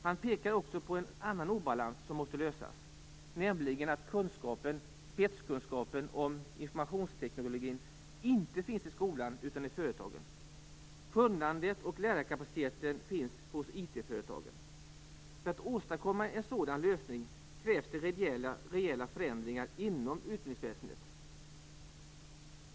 Han pekar också på en annan obalans som måste lösas, nämligen att kunskapen - spetskunskapen - om informationsteknologin inte finns i skolan utan i företagen. Kunnandet och lärarkapaciteten finns hos IT-företagen. För att åstadkomma en sådan lösning krävs det rejäla förändringar inom utbildningsväsendet.